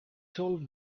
told